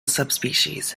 subspecies